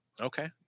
Okay